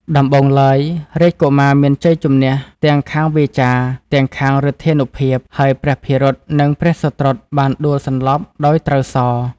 ដំបូងឡើងរាជកុមារមានជ័យជំនះ ទាំងខាងវាចា ទាំងខាងឫទ្ធានុភាព ហើយព្រះភិរុតនិងព្រះសុត្រុតបានដួលសន្លប់ដោយត្រូវសរ។